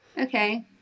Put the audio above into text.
Okay